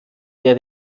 der